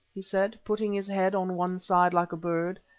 he said, putting his head on one side like a bird,